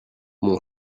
mon